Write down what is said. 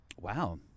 Wow